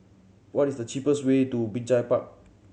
what is the cheapest way to Binjai Park